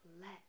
let